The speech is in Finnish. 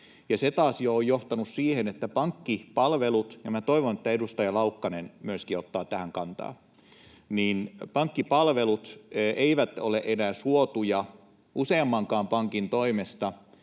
Se taas on johtanut siihen, että pankkipalvelut — ja minä toivon, että myöskin edustaja Laukkanen ottaa tähän kantaa — eivät ole enää suotuja useammankaan pankin toimesta